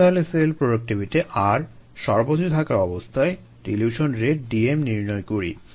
এখন তাহলে cell productivity r সর্বোচ্চ থাকা অবস্থায় ডিলিউশন রেট Dm নির্ণয় করি